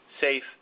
safe